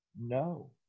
no